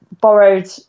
borrowed